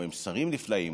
או הם שרים נפלאים,